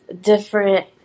different